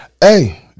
Hey